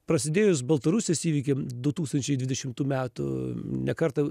prasidėjus baltarusijos įvykiam du tūkstančiai dvidešimtų metų ne kartą